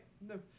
no